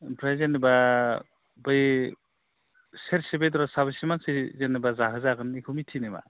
ओमफ्राय जेनेबा बै सेरसे बेदरा साबैसे मानसि जेनेबा जाहोजागोन इखो मिथियो नामा